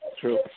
True